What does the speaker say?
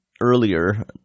earlier